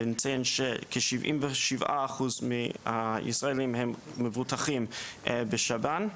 נמצאים שכ-77% מהישראלים הם מבוטחים בשב"ן,